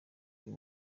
uyu